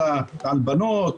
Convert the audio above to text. על הבנות,